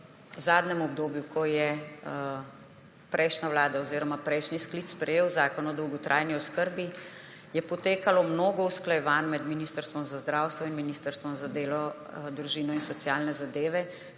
V zadnjem obdobju, ko je prejšnja vlada oziroma prejšnji sklic sprejel Zakon o dolgotrajni oskrbi, je potekalo mnogo usklajevanj med Ministrstvom za zdravje in Ministrstvom za delo, družino, socialne zadeve